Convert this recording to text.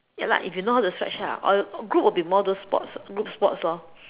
ya lah if you know how to stretch ah or group would be more those sports group sports lor